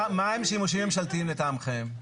מה הם שימושים ממשלתיים לטעמכם?